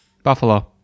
Buffalo